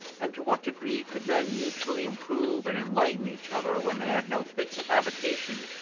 and to what degree could men mutually improve and enlighten each other, when they had no fixed habitation,